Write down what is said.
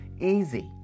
Easy